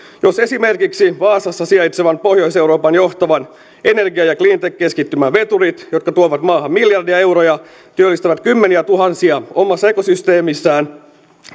jos esimerkiksi vaasassa sijaitsevan pohjois euroopan johtavan energia ja cleantech keskittymän veturit jotka tuovat maahan miljardeja euroja ja työllistävät kymmeniä tuhansia omassa ekosysteemissään